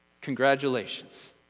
Congratulations